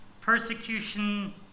persecution